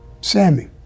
Sammy